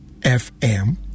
FM